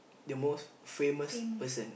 the most famous person